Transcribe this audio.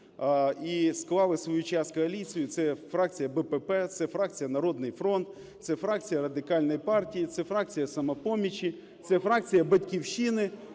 і склали свого часу коаліцію. Це фракція БПП, це фракція "Народний фронт", це фракція Радикальної партії, це фракція "Самопомочі", це фракція "Батьківщини".